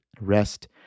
rest